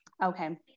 Okay